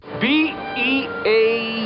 B-E-A